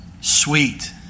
Sweet